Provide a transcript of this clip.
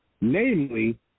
namely